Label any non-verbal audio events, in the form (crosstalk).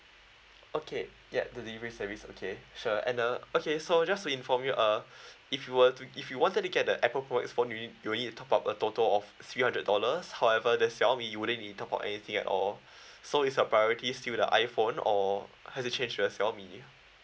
okay ya delivery service okay sure and uh okay so just to inform you uh (breath) if you were to if you wanted to get the apple pro max phone you will need you will need to top up a total of three hundred dollars however the xiaomi you wouldn't need to top up anything at all (breath) so is your priority still the iphone or has it changed to the xiaomi